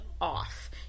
off